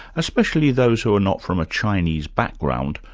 especially those who were not from a chinese background,